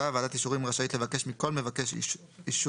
(ו)ועדת אישורים רשאית לבקש מכל מבקש אישור